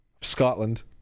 Scotland